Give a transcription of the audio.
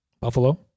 Buffalo